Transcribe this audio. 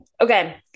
Okay